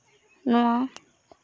ᱱᱚᱣᱟ